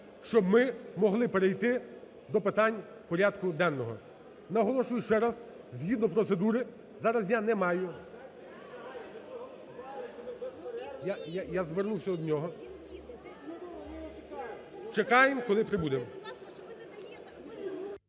щоб ми могли перейти до питань порядку денного. Наголошую ще раз: згідно процедури зараз я не маю… (Шум у залі) Чекаємо, коли прибуде.